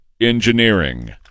engineering